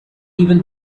even